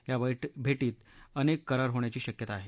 या भेटीत अनेक करार होण्याची शक्यता आहे